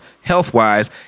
health-wise